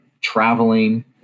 traveling